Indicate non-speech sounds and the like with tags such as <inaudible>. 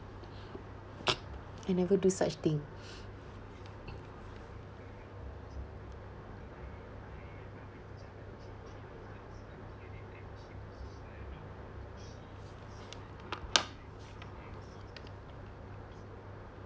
<noise> I never do such thing